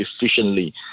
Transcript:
efficiently